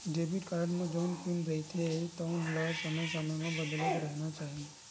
debit card म जउन pin रहिथे तउन ल समे समे म बदलत रहिना चाही